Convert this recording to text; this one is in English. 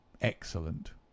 Excellent